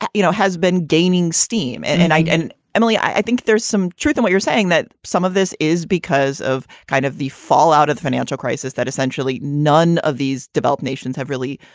you know, has been gaining steam. and and i. and emily, i think there's some truth to what you're saying, that some of this is because of kind of the fallout of the financial crisis, that essentially none of these developed nations have really,